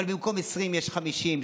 אבל במקום 20 יש 50,